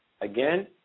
Again